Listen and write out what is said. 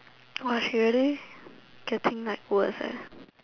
!wah! she really getting like worse leh